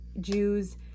Jews